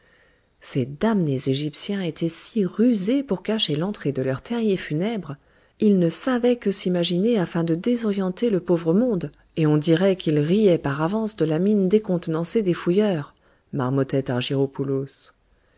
ces damnés égyptiens étaient si rusés pour cacher l'entrée de leurs terriers funèbres ils ne savaient que s'imaginer afin de désorienter le pauvre monde et on dirait qu'ils riaient par avance de la mine décontenancée des fouilleurs